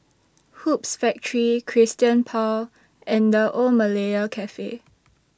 Hoops Factory Christian Paul and The Old Malaya Cafe